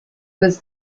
was